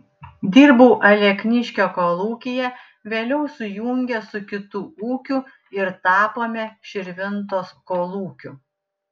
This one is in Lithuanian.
dirbau alekniškio kolūkyje vėliau sujungė su kitu ūkiu ir tapome širvintos kolūkiu